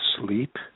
sleep